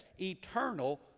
Eternal